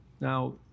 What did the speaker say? Now